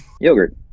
yogurt